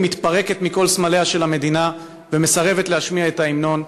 מתפרקת מכל סמליה של המדינה ומסרבת להשמיע את ההמנון.